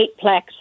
eightplex